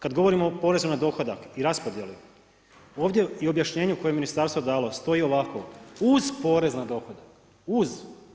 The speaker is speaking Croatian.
Kada govorimo o porezu na dohodak i raspodjeli, ovdje i objašnjenju koje je Ministarstvo dalo stoji ovako, uz porez na dohodak, uz.